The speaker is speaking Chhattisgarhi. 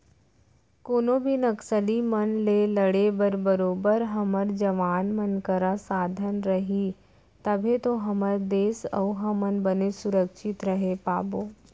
कोनो भी नक्सली मन ले लड़े बर बरोबर हमर जवान मन करा साधन रही तभे तो हमर देस अउ हमन बने सुरक्छित रहें पाबो